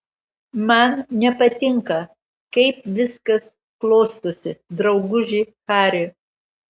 man nepatinka kaip viskas klostosi drauguži hari